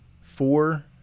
four